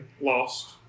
lost